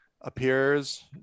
appears